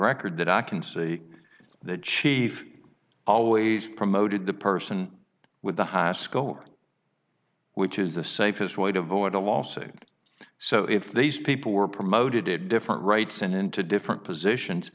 record that i can see the chief always promoted the person with the highest score which is the safest way to avoid a lawsuit so if these people were promoted it different rights and into different positions